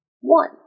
one